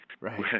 right